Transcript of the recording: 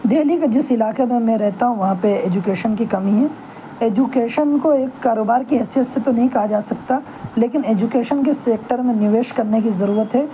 دہلی کے جس علاقے میں میں رہتا ہوں وہاں پہ ایجوکیشن کی کمی ہے ایجوکیشن کو ایک کاروبار کی حیثیت سے تو نہیں کہا جا سکتا لیکن ایجوکیشن کے سیکٹر میں نویش کرنے کی ضرورت ہے